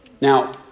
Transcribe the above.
Now